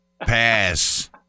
pass